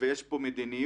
ויש פה מדיניות,